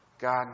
God